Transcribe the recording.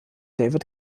david